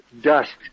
dust